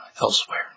elsewhere